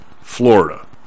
Florida